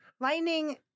lightning